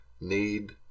need